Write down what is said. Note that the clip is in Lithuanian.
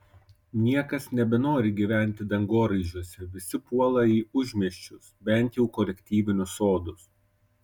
niekas nebenori gyventi dangoraižiuose visi puola į užmiesčius bent jau kolektyvinius sodus